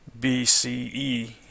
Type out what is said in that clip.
BCE